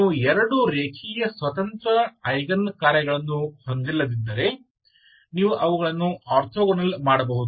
ನೀವು ಎರಡು ರೇಖೀಯ ಸ್ವತಂತ್ರ ಐಗನ್ ಕಾರ್ಯಗಳನ್ನು ಹೊಂದಿಲ್ಲದಿದ್ದರೆ ನೀವು ಅವುಗಳನ್ನು ಆರ್ಥೋಗೋನಲ್ ಮಾಡಬಹುದು